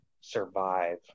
survive